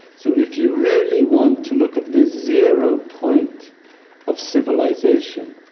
so if you really want to look at the zero point of civilization,